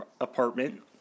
apartment